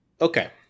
Okay